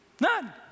None